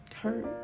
hurt